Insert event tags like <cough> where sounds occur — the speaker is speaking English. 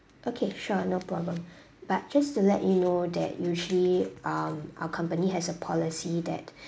okay sure no problem <breath> but just to let you know that usually um our company has a policy that <breath>